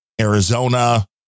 Arizona